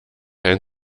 ein